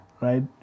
right